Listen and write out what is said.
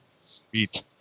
Sweet